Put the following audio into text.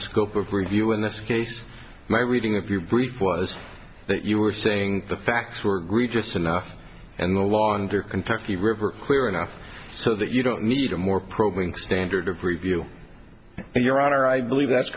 scope of review in this case my reading of your brief was that you were saying the facts were greta enough and no longer kentucky river clear enough so that you don't need a more probing standard of review and your honor i believe that's